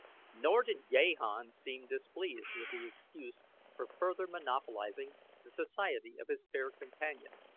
nor did gahan seem displeased with the excuse for further monopolizing the society of his fair companion.